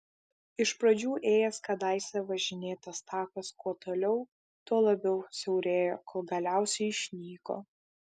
iš pradžių ėjęs kadaise važinėtas takas kuo toliau tuo labiau siaurėjo kol galiausiai išnyko